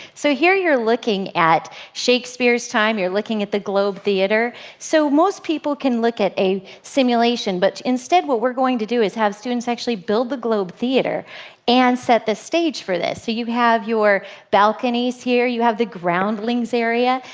so, here you're looking at shakespeare's time you're looking at the globe theater. so most people can look at a simulation, but instead what we're going to do is have students actually build the globe theater and set the stage for this. so, you have your balconies here. you have the groundlings area.